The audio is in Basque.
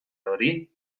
hori